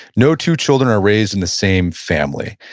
no two children are raised in the same family.